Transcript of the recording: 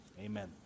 Amen